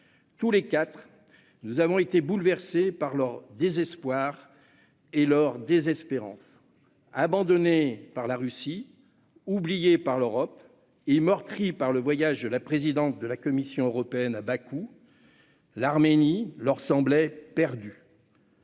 tous les quatre, été bouleversés par leur désespoir et leur désespérance. Abandonnée par la Russie, oubliée par l'Union européenne et meurtrie par le voyage de la présidente de la Commission européenne à Bakou, l'Arménie leur semblait perdue.